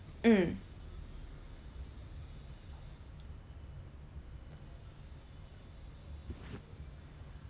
mm